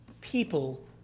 people